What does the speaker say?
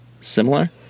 similar